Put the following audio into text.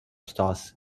stars